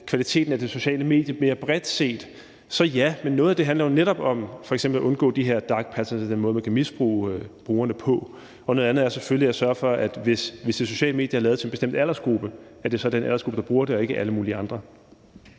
kvaliteten af sociale medier mere bredt set, så ja. Men noget af det handler jo netop om f.eks. at undgå de her dark patterns og den måde, man kan misbruge brugerne på. Noget andet er selvfølgelig at sørge for, hvis det sociale medie er lavet til en bestemt aldersgruppe, at det så er den aldersgruppe, der bruger det, og ikke alle mulige andre.